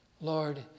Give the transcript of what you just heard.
Lord